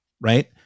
Right